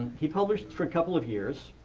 he published for a couple of years.